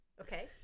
okay